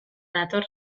nator